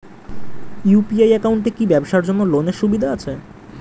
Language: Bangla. ইউ.পি.আই একাউন্টে কি ব্যবসার জন্য লোনের সুবিধা আছে?